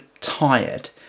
tired